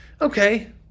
okay